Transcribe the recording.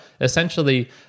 essentially